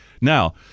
Now